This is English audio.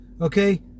okay